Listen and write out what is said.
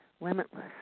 limitless